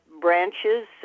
branches